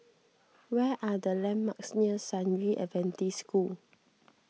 where are the landmarks near San Yu Adventist School